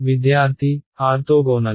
విద్యార్థి ఆర్తోగోనల్